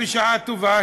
בשעה טובה,